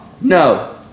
No